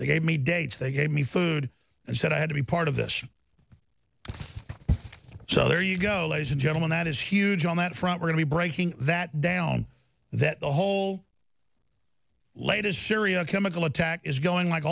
they gave me dates they gave me food and said i had to be part of this so there you go ladies and gentlemen that is huge on that front we're going to breaking that down that the whole latest syrian chemical attack is going like